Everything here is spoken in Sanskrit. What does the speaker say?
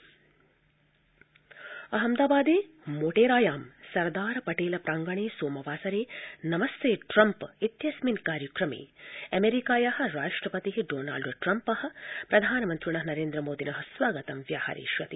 ट्रम्प अहमदाबाद अहमदाबादे मोटेरायां सरदार पटेल प्रांगणं सोमवासरे नमस्ते ट्रम्प इत्यस्मिन् कार्यक्रमे अमेरिकायाः राष्ट्रपतेः डोनाल्ड ट्रम्पस्य प्रधानमन्त्रिणः नेत्द्रमोदिनः च स्वागतं व्याहरिष्यति